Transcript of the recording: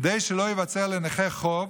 כדי שלא ייווצר לנכה חוב,